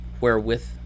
wherewith